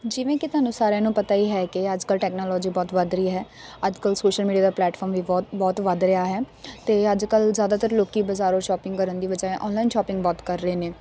ਜਿਵੇਂ ਕਿ ਤੁਹਾਨੂੰ ਸਾਰਿਆਂ ਨੂੰ ਪਤਾ ਹੀ ਹੈ ਕਿ ਅੱਜਕੱਲ੍ਹ ਟੈਕਨੋਲੋਜੀ ਬਹੁਤ ਵੱਧ ਰਹੀ ਹੈ ਅੱਜ ਕੱਲ੍ਹ ਸੋਸ਼ਲ ਮੀਡੀਆ ਦਾ ਪਲੈਟਫਾਰਮ ਵੀ ਬਹੁਤ ਬਹੁਤ ਵੱਧ ਰਿਹਾ ਹੈ ਅਤੇ ਅੱਜ ਕੱਲ੍ਹ ਜ਼ਿਆਦਾਤਰ ਲੋਕ ਬਾਜ਼ਾਰੋਂ ਸ਼ੋਪਿੰਗ ਕਰਨ ਦੀ ਬਜਾਏ ਆਨਲਾਈਨ ਸ਼ੋਪਿੰਗ ਬਹੁਤ ਕਰ ਰਹੇ ਨੇ